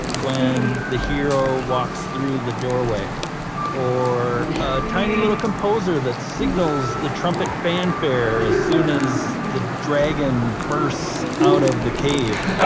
when the hero walks through the doorway or a tiny little composer that signals the trumpet fanfare as soon as the dragon burst out of the cave